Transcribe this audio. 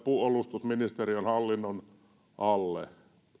puolustusministeriön hallinnon alle